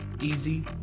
easy